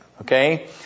Okay